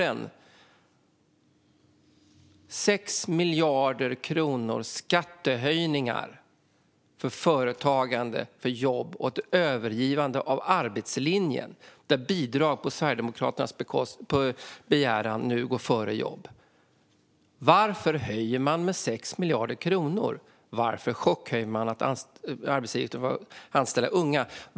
Det handlar om 6 miljarder kronor i skattehöjningar för företagande och jobb och ett övergivande av arbetslinjen där bidrag på Sverigedemokraternas begäran nu går före jobb. Varför höjer man med 6 miljarder kronor? Varför chockhöjer man arbetsgivaravgiften för att anställa unga?